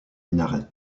minaret